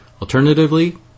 Alternatively